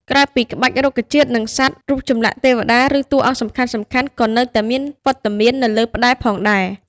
ក្រៅពីក្បាច់រុក្ខជាតិ និងសត្វ រូបចម្លាក់ ទេវតា ឬតួអង្គសំខាន់ៗ ក៏នៅតែមានវត្តមាននៅលើផ្តែរផងដែរ។